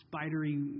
spidery